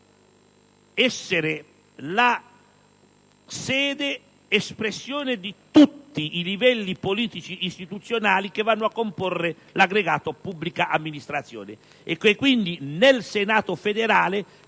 sarà la sede espressione di tutti i livelli politici e istituzionali che vanno a comporre l'aggregato pubblica amministrazione e che, quindi, nel Senato federale